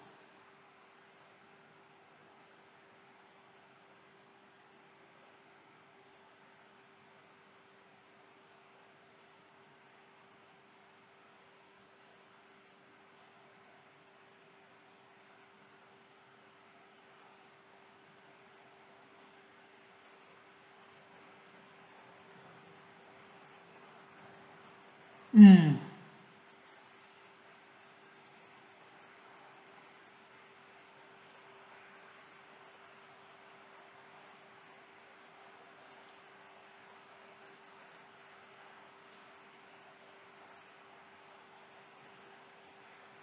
mm